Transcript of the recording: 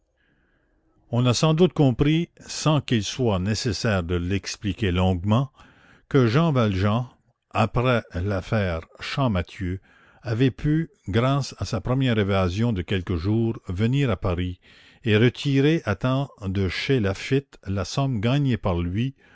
on a sans doute compris sans qu'il soit nécessaire de l'expliquer longuement que jean valjean après l'affaire champmathieu avait pu grâce à sa première évasion de quelques jours venir à paris et retirer à temps de chez laffitte la somme gagnée par lui